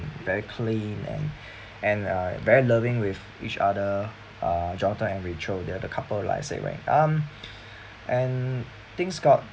very clean and and uh very loving with each other uh jonathan and rachel they are the couple I um and things got